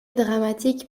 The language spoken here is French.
dramatique